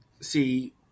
See